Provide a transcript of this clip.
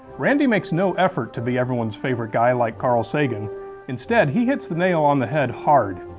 randi makes no effort to be everyone's favorite guy like carl sagan instead he hits the nail on the head hard.